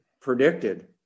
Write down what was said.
predicted